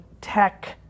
tech